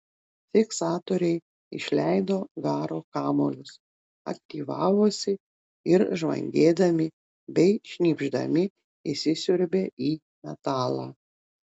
fiksatoriai išleido garo kamuolius aktyvavosi ir žvangėdami bei šnypšdami įsisiurbė į metalą